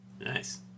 Nice